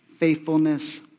faithfulness